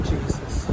Jesus